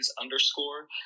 underscore